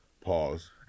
pause